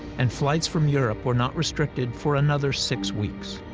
and flights from europe were not restricted for another six weeks.